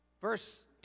verse